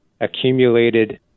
accumulated